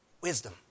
Wisdom